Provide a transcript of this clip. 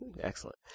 Excellent